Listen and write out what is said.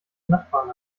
nachbarn